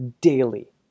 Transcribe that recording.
daily